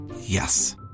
Yes